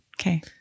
Okay